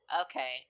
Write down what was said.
okay